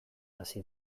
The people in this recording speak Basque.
hasi